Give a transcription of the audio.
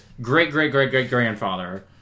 great-great-great-great-grandfather